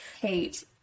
hate